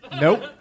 Nope